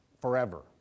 forever